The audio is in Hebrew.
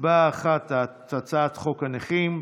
הצבעה אחת על הצעת חוק הנכים,